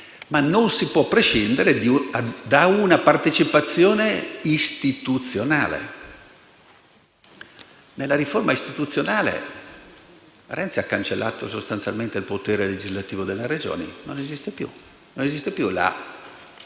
ma non si può prescindere da una partecipazione istituzionale. Nella riforma istituzionale Renzi ha cancellato sostanzialmente il potere legislativo delle Regioni: non esiste più la potestà legislativa